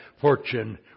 fortune